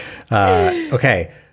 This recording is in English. Okay